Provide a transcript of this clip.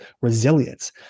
resilience